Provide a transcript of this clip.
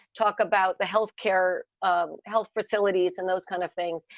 talk about the health care, um health facilities and those kind of things.